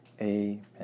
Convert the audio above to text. amen